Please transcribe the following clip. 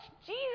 Jesus